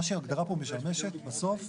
מה שההגדרה פה משמשת בסוף,